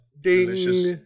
delicious